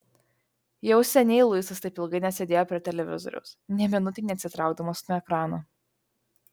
jau seniai luisas taip ilgai nesėdėjo prie televizoriaus nė minutei neatsitraukdamas nuo ekrano